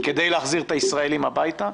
כדי להחזיר את הישראלים הביתה,